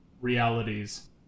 realities